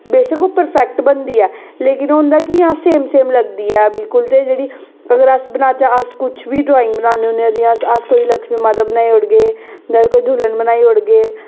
बेशक ओह् परफैक्ट बनदी ऐ लेकिन ओह् होंदा कि अस एह् सेम सेम लगदी ऐ बिल्कुल ते जेह्ड़ी अगर अस बनाचै अस किश बी ड्राइंग बनान्ने होन्ने जि'यां अस अस तुसें गी लक्ष्मी माता बनाई देई ओड़गे जां कोई दुल्हन बनाई ओड़गे